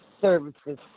services